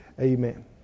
Amen